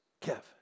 Kev